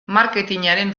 marketingaren